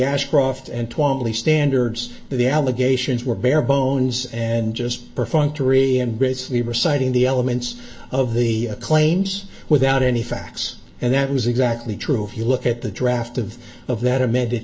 twenty standards the allegations were bare bones and just perfunctory and basically reciting the elements of the claims without any facts and that was exactly true if you look at the draft of of that amended